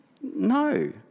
No